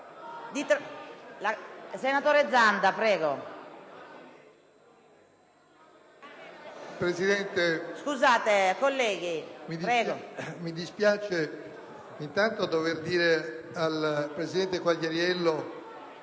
*(PD)*. Mi dispiace intanto dover dire al presidente Quagliariello,